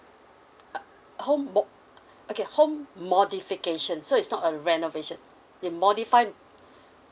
uh home mod~ okay home modifications so it's not a renovation they modify